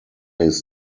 his